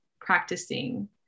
practicing